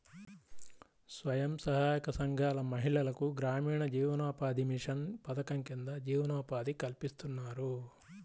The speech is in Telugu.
స్వయం సహాయక సంఘాల మహిళలకు గ్రామీణ జీవనోపాధి మిషన్ పథకం కింద జీవనోపాధి కల్పిస్తున్నారు